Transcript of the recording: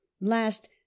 last